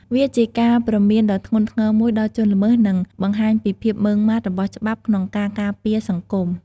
វាជាការព្រមានដ៏ធ្ងន់ធ្ងរមួយដល់ជនល្មើស និងបង្ហាញពីភាពម៉ឺងម៉ាត់របស់ច្បាប់ក្នុងការការពារសង្គម។